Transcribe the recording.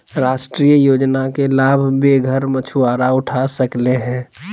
राष्ट्रीय योजना के लाभ बेघर मछुवारा उठा सकले हें